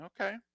Okay